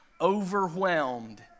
overwhelmed